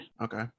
okay